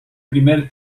primer